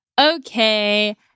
Okay